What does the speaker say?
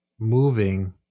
moving